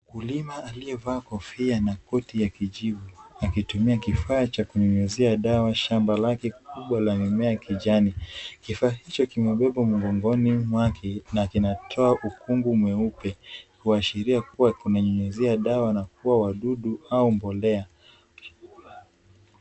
Mkuliva aliyevaa kofia na koti ya kijivu, akitumia kifaa cha kunyunyizia dawa shamba lake kubwa la mimea kijani. Kifaa hicho kimebebwa mgongoni mwakwe na kinatoa ukungu mweupe, kuashiria kua kunyunyizia dawa na kuua wadudu au mbolea.